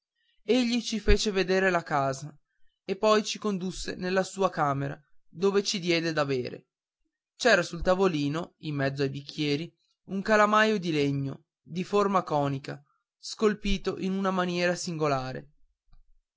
egli ci fece vedere la casa e poi ci condusse nella sua camera dove ci diede da bere c'era sul tavolino in mezzo ai bicchieri un calamaio di legno di forma conica scolpito in una maniera singolare